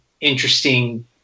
interesting